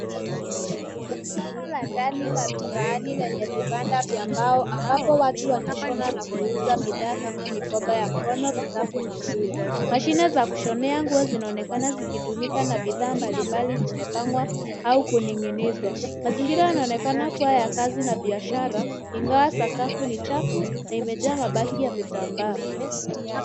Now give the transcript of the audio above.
Soko la ndani la mitaani lenye vibanda vya mbao ambapo watu wanashona na kuuza bidhaa kama mikoba ya mkono, vikapu na nguo. Mashine za kushonea nguo zinaonekana zikitumika na bidhaa mbalimbali zimepangwa au kuning'inizwa. Mazingira yanaonekana kuwa ya kazi na biashara ingawa sakafu ni chafu na imejaa mabaki ya vitambaa.